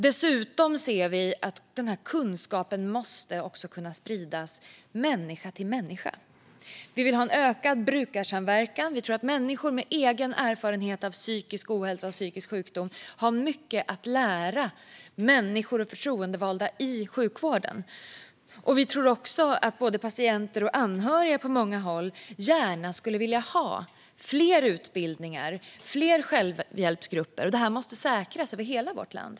Dessutom ser vi att kunskapen måste kunna spridas från människa till människa. Vi vill ha en ökad brukarsamverkan. Vi tror att människor med egen erfarenhet av psykisk ohälsa och psykisk sjukdom har mycket att lära medarbetare och förtroendevalda i sjukvården. Vi tror också att både patienter och anhöriga på många håll gärna skulle vilja ha fler utbildningar och fler självhjälpsgrupper. Det här måste säkras över hela vårt land.